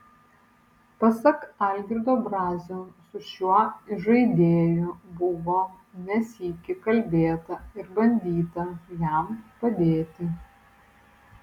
pasak algirdo brazio su šiuo įžaidėju buvo ne sykį kalbėta ir bandyta jam padėti